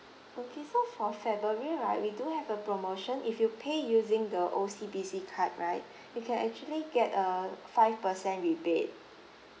okay so for february right we do have a promotion if you pay using the O_C_B_C card right you can actually get a five percent rebate